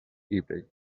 evening